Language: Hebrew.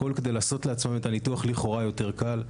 הכול כדי לעשות לעצמם את הניתוח לכאורה יותר קל.